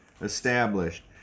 established